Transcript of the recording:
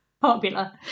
Popular